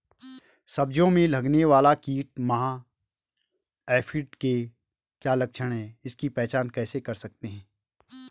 सब्जियों में लगने वाला कीट माह एफिड के क्या लक्षण हैं इसकी पहचान कैसे कर सकते हैं?